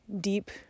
deep